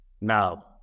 now